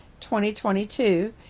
2022